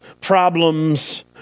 problems